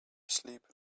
sleep